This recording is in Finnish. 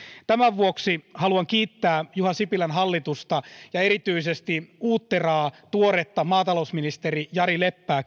tämän vuoksi haluan kiittää juha sipilän hallitusta ja erityisesti uutteraa tuoretta keskustalaista maatalousministeriä jari leppää